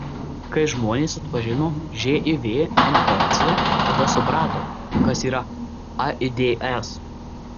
kai žmonės atpažino živ infekciją tada suprato kas yra aids